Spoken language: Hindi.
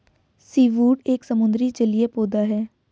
सीवूड एक समुद्री जलीय पौधा है